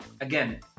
again